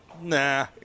Nah